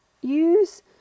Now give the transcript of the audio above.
use